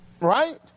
right